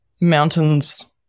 mountains